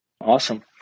awesome